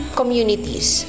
communities